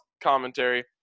commentary